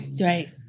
right